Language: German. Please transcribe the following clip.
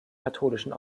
katholischen